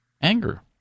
Anger